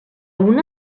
una